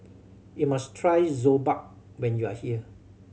you must try Jokbal when you are here